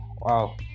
Wow